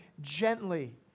gently